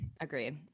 Agreed